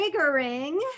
triggering